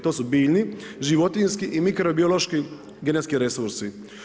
To su biljni, životinjski i mikrobiološki genetski resursi.